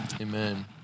Amen